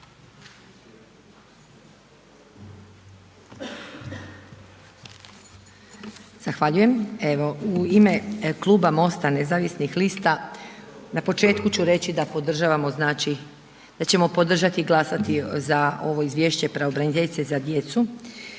Zahvaljujem evo, u ime kluba MOST-a nezavisnih lista na početku ću reći da ćemo podržati i glasati za ovo izvješće pravobraniteljice za djecu